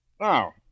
Now